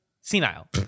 senile